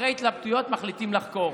אחרי התלבטויות מחליטים לחקור.